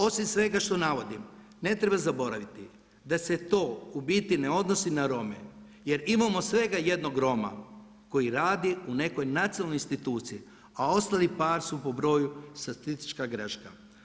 Osim svega što navodim ne treba zaboraviti da se to u biti ne odnosi na Rome, jer imamo svega jednog Roma koji radi u nekoj nacionalnoj instituciji, a ostalih par su po broju statistička greška.